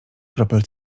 kropel